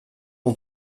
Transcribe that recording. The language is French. mon